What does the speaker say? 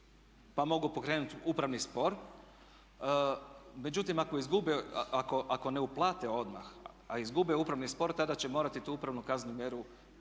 pa mogu pokrenuti upravni spor. Međutim ako izgube, ako ne uplate odmah a izgube upravni spor, tada će morati tu upravnu kaznenu mjeru